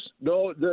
No